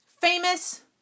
Famous